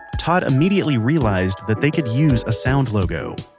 todd immediately realized that they could use a sound logo.